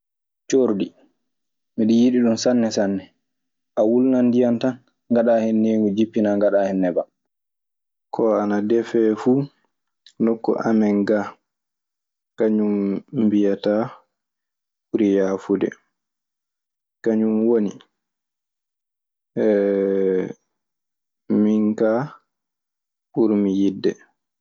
Coordi miɗe yidi ɗum sanne sanne, a wulnan ndiyam tan ngaɗaa hen neeŋu; jippinaa ngadaa hen neban. Ko ana defee fu ga nokku amen gaa ka, kañun mbiyataa ɓuri yaafude. Kañun woni- Min kaa ɓurmi yiɗde. Ko ana defee fu nokku amen gaa, kañun mbiyataa ɓuri yaafude. Kañun woni min kaa ɓurmi yiɗde.